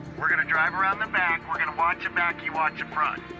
we're going to drive around the back. we're going to watch back, you watch in front.